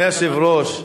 אדוני היושב-ראש,